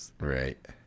right